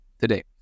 today